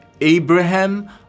Abraham